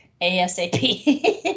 asap